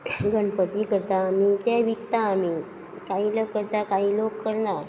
गणपती करता आमी ते विकता आमी काही लोक करता काही लोक करना